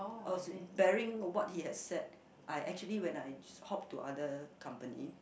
oh bearing what he had said I actually when I hope to other company